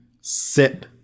sit